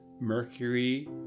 Mercury